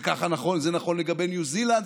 זה ככה נכון לגבי ניו זילנד,